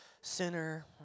sinner